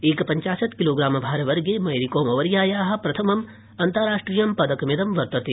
एकपंचाशत् किलोग्रामभारवर्गे मैरीकॉवर्याया प्रथमम् अन्ताराष्ट्रियं पदकमिदं वर्तते